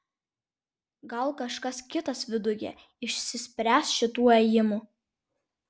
gal kažkas kitas viduje išsispręs šituo ėjimu